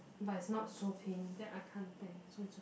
but it's not so pain then I can't tank so it's okay